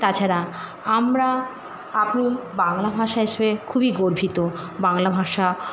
তাছাড়া আমরা আপনি বাংলা ভাষা হিসেবে খুবই গর্বিত বাংলা ভাষা